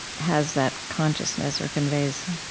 has that consciousness or conveys,